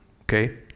okay